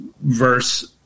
verse